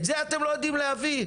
את זה אתם לא יודעים להביא?